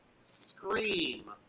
Scream